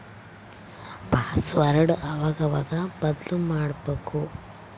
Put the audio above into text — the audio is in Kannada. ಪಾಸ್ವರ್ಡ್ ಅವಾಗವಾಗ ಬದ್ಲುಮಾಡ್ಬಕು